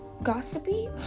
gossipy